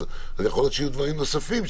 אז יכול להיות שיהיו דברים נוספים,